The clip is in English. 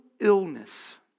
illness